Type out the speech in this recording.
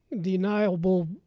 deniable